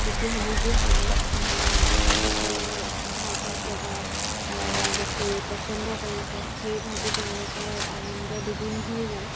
কৃষিৰ সামগ্ৰীসমূহ গ্ৰাহকসকলে ভাল পাইছে বা বেছি পছন্দ কৰিছে সেই ভাবি তেওঁলোকৰ আনন্দ দুগুণ হৈ যায়